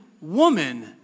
woman